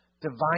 Divine